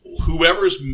whoever's